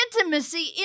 intimacy